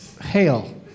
Hail